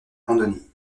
randonnée